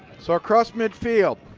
so across mid field,